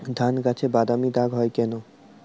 ধানগাছে বাদামী দাগ হয় কেন?